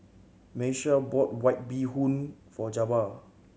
Miesha bought White Bee Hoon for Jabbar